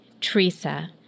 Teresa